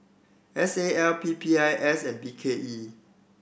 S A L P P I S and B K E